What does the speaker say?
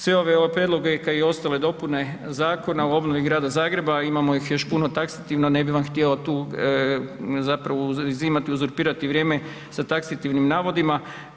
Sve ove prijedloge kao i ostale dopune Zakona o obnovi Grada Zagreba, a imamo ih još puno taksativno ne bih vam htio tu uzimati i uzurpirati vrijeme sa taksativnim navodima.